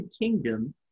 Kingdom